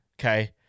okay